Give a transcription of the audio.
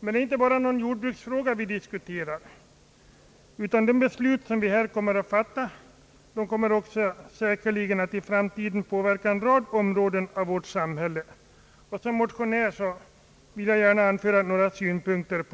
Det är inte bara en jordbruksfråga vi diskuterar, utan de beslut som vi här kommer att fatta kommer säkerligen också att i framtiden påverka en rad områden av vårt samhälle. Som motionär vill jag gärna anföra några synpunkter.